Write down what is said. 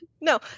No